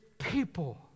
people